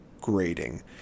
grading